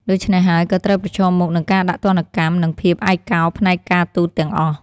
ដូច្នេះហើយក៏ត្រូវប្រឈមមុខនឹងការដាក់ទណ្ឌកម្ម និងភាពឯកោផ្នែកការទូតទាំងអស់ ។